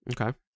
Okay